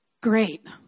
Great